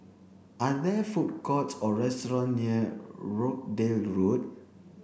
are there food courts or restaurant near Rochdale Road